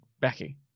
Becky